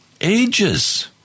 ages